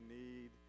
need